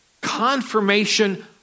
confirmation